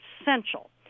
essential